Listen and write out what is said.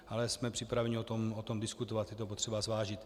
Ale jsme připraveni o tom diskutovat, je to potřeba zvážit.